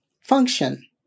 function